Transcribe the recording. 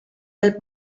del